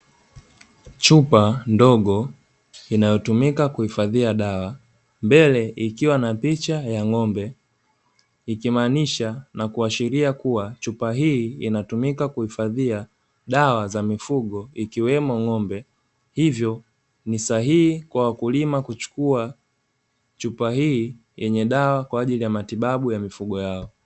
Chupa ndogo inayotumika kuhifadhia dawa, mbele ikiwa na picha ya ng'ombe ikimaanisha na kuashiria kuwa chupa hii inatumika kuhifadhia dawa za mifugo ikiwemo ng'ombe, hivyo ni sahihi kwa wakulima kuchukua chupa hii yenye dawa kwa ajili ya matibabu ya mifugo yao.